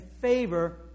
favor